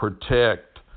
protect